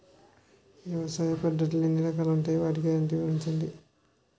వ్యవసాయ పద్ధతులు ఎన్ని రకాలు ఉంటాయి? వాటి గ్యారంటీ వివరించండి?